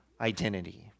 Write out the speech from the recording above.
identity